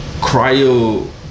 cryo